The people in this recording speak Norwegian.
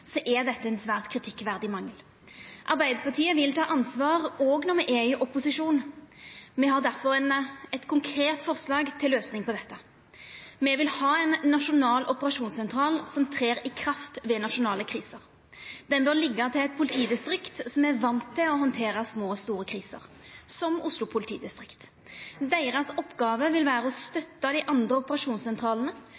er dette ein svært kritikkverdig mangel. Arbeidarpartiet vil ta ansvar òg når me er i opposisjon. Me har difor eit konkret forslag til ei løysing av dette. Me vil ha ein nasjonal operasjonssentral som trer i kraft ved nasjonale kriser. Ein slik operasjonssentral bør liggja til eit politidistrikt som er van med å handtera små og store kriser, som Oslo politidistrikt. Deira oppgåve vil vera å